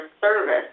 service